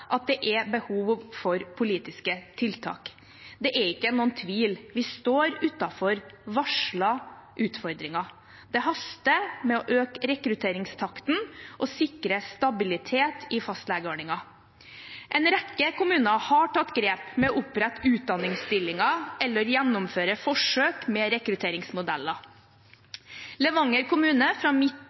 at det er behov for politiske tiltak. Det er ikke noen tvil. Vi står overfor varslede utfordringer. Det haster med å øke rekrutteringstakten og sikre stabilitet i fastlegeordningen. En rekke kommuner har tatt grep med å opprette utdanningsstillinger eller gjennomføre forsøk med rekrutteringsmodeller. Levanger kommune